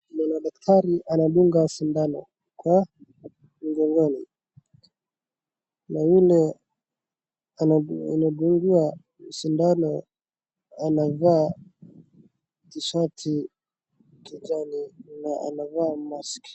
Na kuna madaktari naadunga sindano kwa mgongoni na yule anadungiwa sindano anavaa T-shirt kijani na anavaa mask .